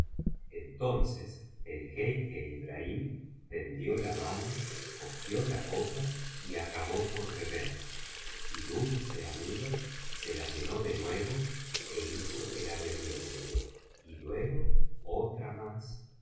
entonces el jeique ibrahim tendió la mano cogió la copa y acabó por beber y dulce amiga se la llenó de nuevo é hizo que la bebiese y luego otra más